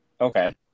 Okay